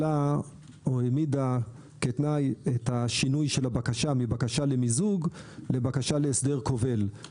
שהעמידה כתנאי את שינוי הבקשה מבקשה למיזוג לבקשה להסדר כובל.